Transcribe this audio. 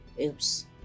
Oops